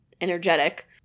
energetic